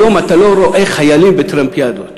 היום אתה לא רואה חיילים בטרמפיאדות,